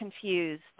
confused